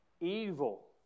Evil